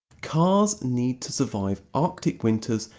cars need to survive arctic winters,